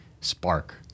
spark